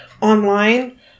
online